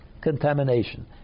contamination